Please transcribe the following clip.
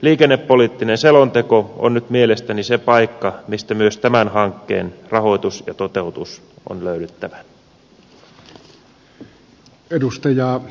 liikennepoliittinen selonteko on nyt mielestäni se paikka josta myös tämän hankkeen rahoituksen ja toteutuksen on löydyttävä